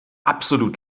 absolut